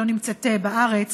היא לא נמצאת בארץ,